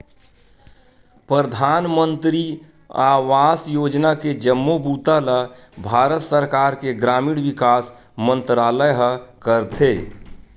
परधानमंतरी आवास योजना के जम्मो बूता ल भारत सरकार के ग्रामीण विकास मंतरालय ह करथे